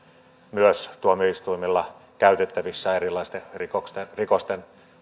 tuomioistuimella käytettävissä erilaisten rikosten rikosten